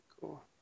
Cool